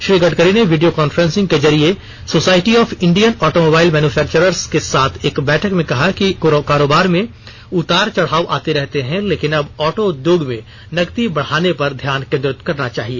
श्री गडकरी ने video conferencing के जरिए society of Indian automobile manufacturers के साथ एक बैठक में कहा कि कारोबार में उतार चढाव आते रहते हैं लेकिन अब ऑटो उद्योग में नकदी बढाने पर ध्यान केन्द्रित करना चाहिए